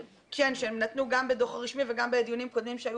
שהם נתנו גם בדוח הרשמי וגם בדיונים קודמים שהיו